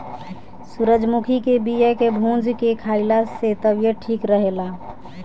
सूरजमुखी के बिया के भूंज के खाइला से तबियत ठीक रहेला